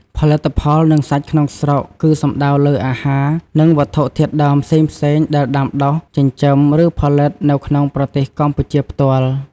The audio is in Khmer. ផលិតផល និងសាច់ក្នុងស្រុក គឺសំដៅលើអាហារ និងវត្ថុធាតុដើមផ្សេងៗ ដែលដាំ ដុះ ចិញ្ចឹម ឬផលិតនៅក្នុងប្រទេសកម្ពុជាផ្ទាល់។